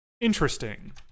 Interesting